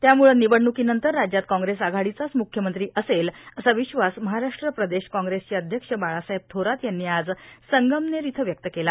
त्यामुळं निवडणुकीनंतर राज्यात काँग्रेस आघाडीचाच मुख्यमंत्री असेल असा विश्वास महाराष्ट्र प्रदेश काँग्रेसचे अध्यक्ष बाळासाहेब थोरात यांनी आज संगमनेर इथं व्यक्त केला